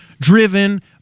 driven